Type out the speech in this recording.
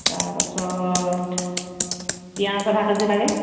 তাৰ পাছত পিঁয়াজ আধা কেজি লাগে